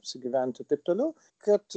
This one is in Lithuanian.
apsigyventi taip toliau kad